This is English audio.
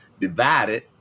divided